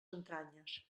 entranyes